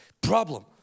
problem